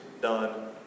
done